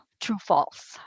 true-false